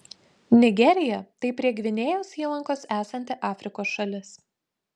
nigerija tai prie gvinėjos įlankos esanti afrikos šalis